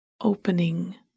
opening